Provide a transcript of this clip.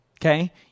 Okay